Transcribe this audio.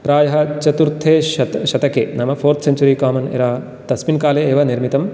प्रायः चतुर्थे शतके नाम फ़ोर्थ् सेञ्चुरी कामन् एरा तस्मिन् काले एव निर्मितं